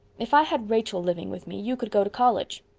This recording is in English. if i had rachel living with me you could go to college.